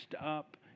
up